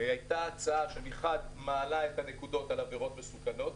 הייתה הצעה שמחד מעלה את הנקודות על עבירות מסוכנות,